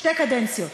שתי קדנציות.